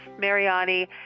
Mariani